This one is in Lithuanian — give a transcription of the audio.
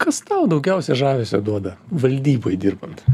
kas tau daugiausiai žavesio duoda valdyboj dirbant